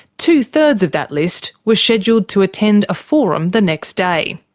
two-thirds of that list were scheduled to attend a forum the next day.